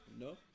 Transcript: no